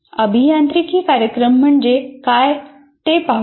अभियांत्रिकी कार्यक्रम म्हणजे काय ते पाहूया